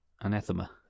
anathema